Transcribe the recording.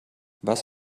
was